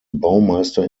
baumeister